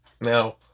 Now